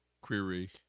query